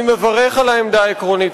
אני מברך על העמדה העקרונית